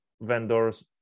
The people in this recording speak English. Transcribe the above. vendors